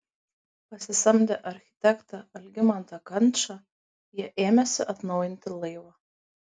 pasisamdę architektą algimantą kančą jie ėmėsi atnaujinti laivą